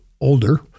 older